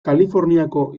kaliforniako